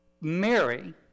Mary